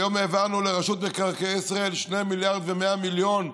היום העברנו לרשות מקרקעי ישראל 2.1 מיליארדים.